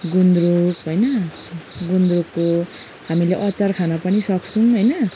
गुन्द्रुक होइन गुन्द्रुकको हामीले अचार खान पनि सक्छौँ होइन